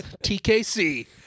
TKC